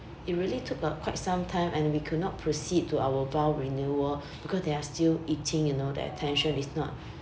it really took uh quite some time and we could not proceed to our vow renewal because they are still eating you know the attention is not